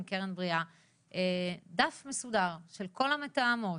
"קרן בריאה" דף מסודר של כל המתאמות,